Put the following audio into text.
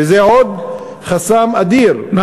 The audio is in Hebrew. וזה עוד חסם אדיר לפני מי,